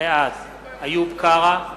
בעד איוב קרא,